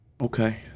Okay